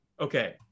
okay